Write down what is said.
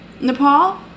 Nepal